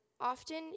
often